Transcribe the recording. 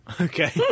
Okay